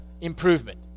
improvement